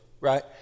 right